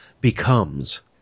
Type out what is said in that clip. becomes